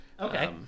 okay